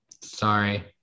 Sorry